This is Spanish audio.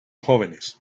jóvenes